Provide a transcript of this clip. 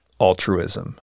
altruism